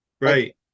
right